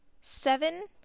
seven